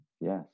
Yes